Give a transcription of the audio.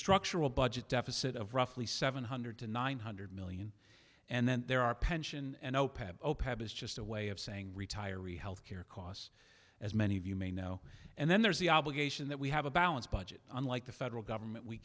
structural budget deficit of roughly seven hundred to nine hundred million and then there are pension is just a way of saying retiree health care costs as many of you may know and then there's the obligation that we have a balanced budget unlike the federal government we